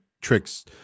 Trick's